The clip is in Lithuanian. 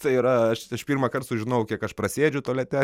tai yra aš aš pirmąkart sužinojau kiek aš prasėdžiu tualete